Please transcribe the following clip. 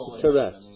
correct